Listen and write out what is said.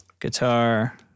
guitar